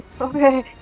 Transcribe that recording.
okay